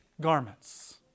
garments